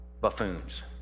buffoons